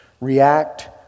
react